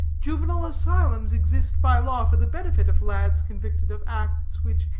juvenile asylums exist by law for the benefit of lads convicted of acts which,